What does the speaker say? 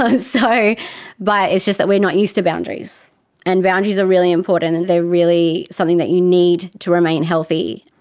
ah so but it's just that we are not used to boundaries and boundaries are really important and they are really something that you need to remain healthy.